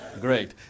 Great